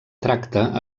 tracta